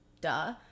duh